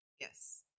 Yes